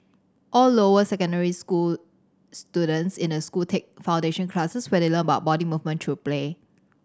all lower secondary school students in the school take foundation classes where they learn about body movement through play